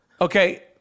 Okay